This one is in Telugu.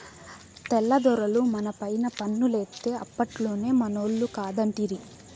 తెల్ల దొరలు మనపైన పన్నులేత్తే అప్పట్లోనే మనోళ్లు కాదంటిరి